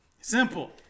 Simple